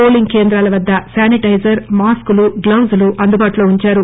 polling కేంద్రాల వద్ద sanitiser మాస్కులు గ్లోసులు అందుబాటులు ఉంచారు